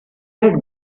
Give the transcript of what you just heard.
had